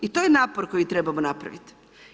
I to je napor koji trebamo napraviti.